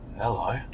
Hello